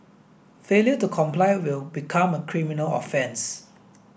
failure to comply will become a criminal offence